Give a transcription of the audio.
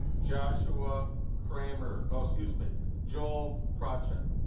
joshua kramer excuse me joel project